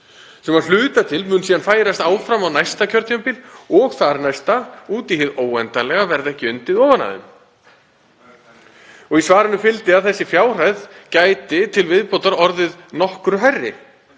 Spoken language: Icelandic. sem að hluta til mun síðan færast áfram á næsta kjörtímabil og þarnæsta, og út í hið óendanlega verði ekki undið ofan af þeim. Í svarinu fylgdi að þessi fjárhæð gæti til viðbótar orðið nokkru hærri